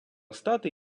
стати